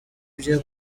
bye